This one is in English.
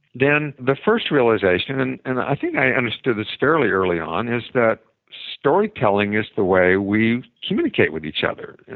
then the first realization and and i think i understood this fairly early on is that storytelling is the way we communicate with each other,